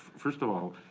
first of all,